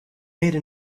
made